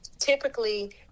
typically